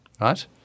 Right